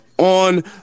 On